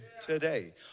today